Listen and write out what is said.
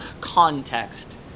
context